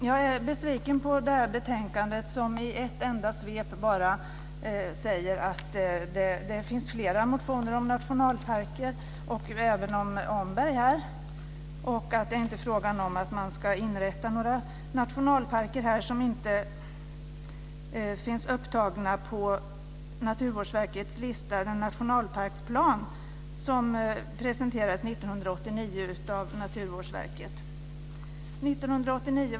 Jag är besviken på betänkandet, där man i ett enda svep bara säger att det finns flera motioner om nationalparker, även om Omberg, och att det inte är fråga om att inrätta några nationalparker som inte finns upptagna i Naturvårdsverkets nationalparksplan, som presenterades 1989.